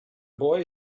boy